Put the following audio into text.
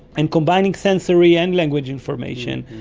and combining sensory and language information.